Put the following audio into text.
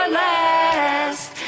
last